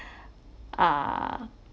ah